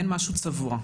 אין משהו צבוע.